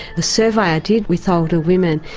the survey i did with older women,